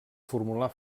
formular